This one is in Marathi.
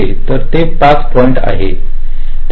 तर ते 5 पॉईंट आहे ते 3